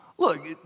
Look